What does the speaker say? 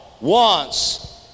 wants